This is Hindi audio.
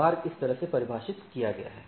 मार्ग इस तरह से परिभाषित किया गया है